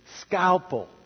scalpel